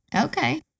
Okay